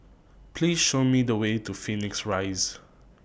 Please Show Me The Way to Phoenix Rise